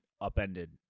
upended